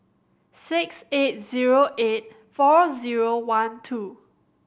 six eight zero eight four zero one two